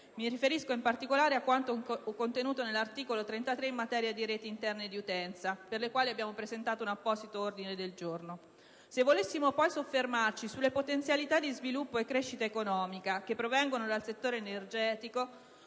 Mi riferisco, in particolare, a quanto contenuto nell'articolo 33 in materia di reti interne di utenza, per le quali abbiamo presentato un apposito ordine del giorno. Se volessimo poi soffermarci sulle potenzialità di sviluppo e crescita economica che provengono dal settore energetico,